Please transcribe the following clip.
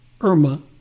Irma